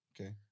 okay